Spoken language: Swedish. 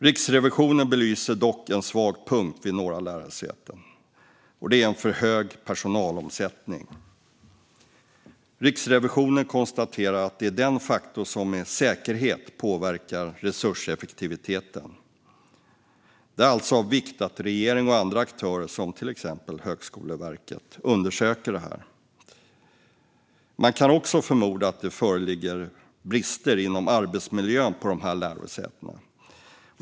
Riksrevisionen belyser dock en svag punkt vid några lärosäten, att det är för hög personalomsättning. Riksrevisionen konstaterar att det är den faktor som med säkerhet påverkar resurseffektiveten. Det är alltså av vikt att regering och andra aktörer, till exempel Högskoleverket, undersöker detta. Man kan också förmoda att det föreligger brister inom arbetsmiljön på dessa lärosäten.